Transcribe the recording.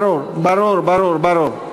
ברור, ברור, ברור.